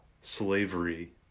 slavery